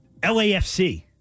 LAFC